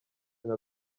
nka